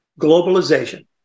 Globalization